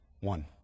One